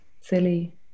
silly